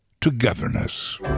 togetherness